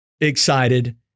excited